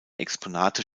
exponate